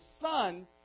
son